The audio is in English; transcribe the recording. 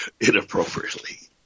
inappropriately